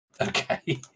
Okay